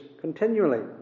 continually